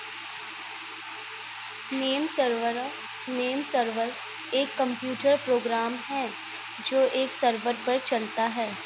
name server name server एक computer program है जो एक सर्वर पर चलता है